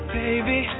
baby